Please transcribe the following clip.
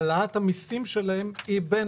העלאת המסים שלהם היא בין